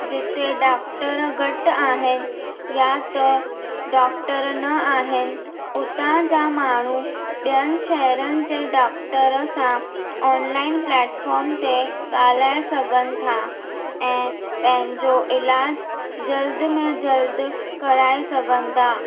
जिते डॉक्टर घटि आहिनि या त डॉक्टर न आहिनि उतां जा माण्हू ॿियनि शहरनि जे डॉक्टर सां ऑनलाइन प्लेटफॉर्म ते ॻाल्हाइ सघनि था ऐं पंहिंजो इलाज जल्द में जल्द कराइ सघनि था